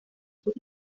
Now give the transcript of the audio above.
sus